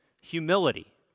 humility